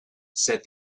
said